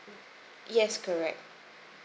yes correct